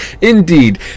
Indeed